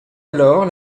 alors